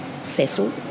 Cecil